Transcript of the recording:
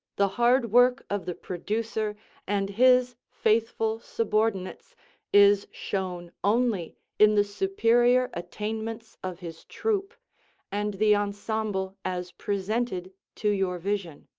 the hard work of the producer and his faithful subordinates is shown only in the superior attainments of his troupe and the ensemble as presented to your vision.